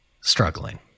struggling